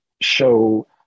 show